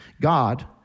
God